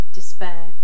despair